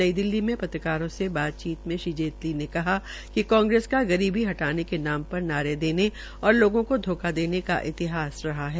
नई दिल्ली में पत्रकारों से बातचीत में श्रीजेटली ने कहा कि कांगेस गरीबी हटाने के नाम पर नारे देने और लोगों को धोखा देना का इतिहास रहा है